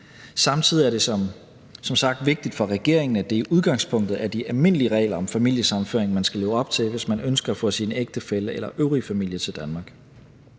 Samtidig er det som sagt vigtigt for regeringen, at det i udgangspunktet er de almindelige regler om familiesammenføring, man skal leve op til, hvis man ønsker at få sin ægtefælle eller øvrige familie til Danmark.